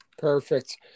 Perfect